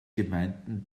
gemeinden